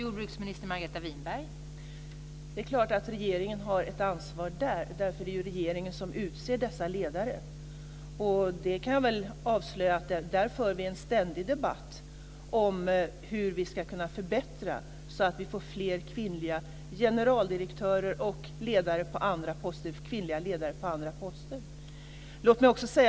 Fru talman! Det är klart att regeringen har ett ansvar, för det är regeringen som utser dessa ledare. Jag kan avslöja att där för vi en ständig debatt om hur vi ska kunna förbättra så att vi får fler kvinnliga generaldirektörer och kvinnliga ledare på andra poster.